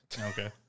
Okay